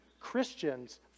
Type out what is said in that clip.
christians